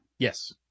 Yes